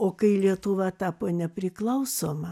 o kai lietuva tapo nepriklausoma